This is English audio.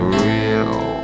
real